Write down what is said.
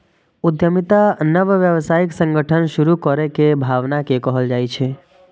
उद्यमिता नव व्यावसायिक संगठन शुरू करै के भावना कें कहल जाइ छै